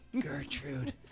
Gertrude